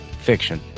Fiction